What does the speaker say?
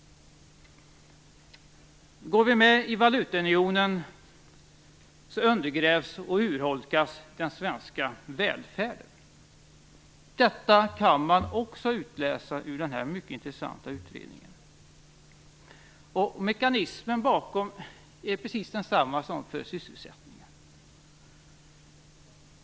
Gå vi med i valutaunionen undergrävs och urholkas den svenska välfärden. Det kan man också utläsa av den här mycket intressanta utredningen. Mekanismen bakom detta är precis densamma som i fråga om sysselsättningen.